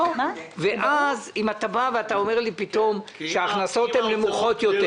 אם אתה בא ואתה אומר לי פתאום שההכנסות הן נמוכות יותר